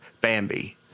Bambi